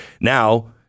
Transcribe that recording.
Now